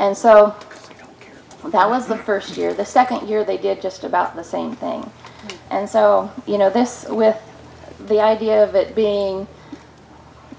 and so that was the first year the second year they did just about the same thing and so you know this with the idea of it being